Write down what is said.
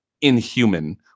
inhuman